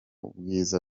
ubwiza